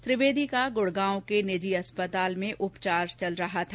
त्रिवेदी का गुडगांव के निजी अस्पताल में उपचार चल रहा था